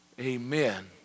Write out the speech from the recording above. amen